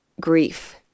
grief